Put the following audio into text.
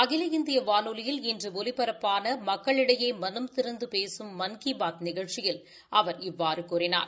அகில இந்திய வானொலியில் இன்று ஒலிபரப்பான மக்களிடையே மனம் திறந்து பேசும் மன் கி பாத் நிகழ்ச்சியில் அவர் இவ்வாறு கூறினார்